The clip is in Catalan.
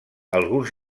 alguns